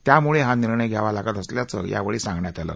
त्यामुळे हा निर्णय घ्यावा लागत असल्याचं यावेळी सांगण्यात आलं